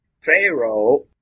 Pharaoh